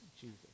Jesus